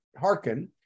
hearken